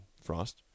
Frost